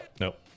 Nope